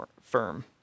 firm